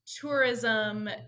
tourism